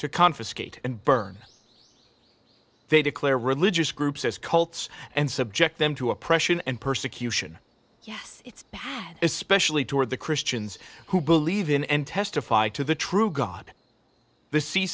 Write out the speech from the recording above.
to confiscate and burn they declare religious groups as cults and subject them to oppression and persecution yes it's bad especially toward the christians who believe in and testify to the true god the c